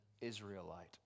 Israelite